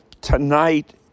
tonight